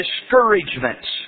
discouragements